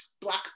Black